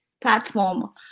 platform